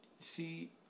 See